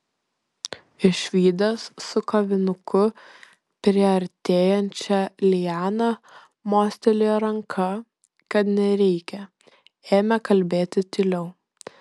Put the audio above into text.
išvydęs su kavinuku priartėjančią lianą mostelėjo ranka kad nereikia ėmė kalbėti tyliau